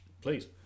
Please